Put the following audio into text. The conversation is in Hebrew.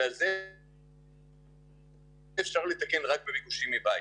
ועל זה --- לתקן רק בביקושים מבית.